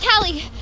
Callie